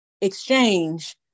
exchange